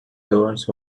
governs